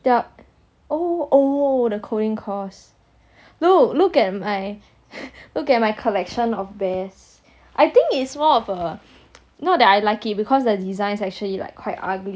the oh oh the coding course no look at my look at my collection of bears I think it's more of a not that I like it because the designs actually like quite ugly